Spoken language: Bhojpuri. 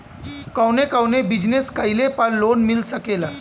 कवने कवने बिजनेस कइले पर लोन मिल सकेला?